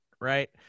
Right